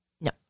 no